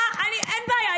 אין בעיה,